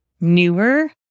newer